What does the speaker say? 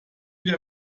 der